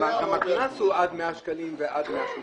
גם הקנס הוא עד 100 שקלים ועד 180 שקלים.